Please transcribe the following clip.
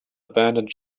abandoned